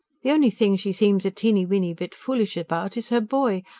the only thing she seems a teeny-weeny bit foolish about is her boy.